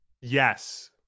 yes